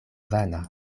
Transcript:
vana